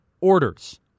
orders